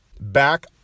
back